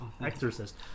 Exorcist